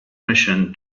mission